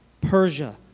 Persia